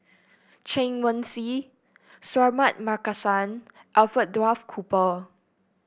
Chen Wen Hsi Suratman Markasan Alfred Duff Cooper